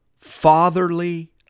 fatherly